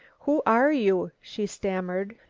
who are you? she stammered.